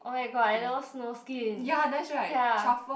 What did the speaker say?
oh-my-god I love snow skin ya